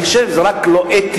אני רק חושב שזה לא אתי,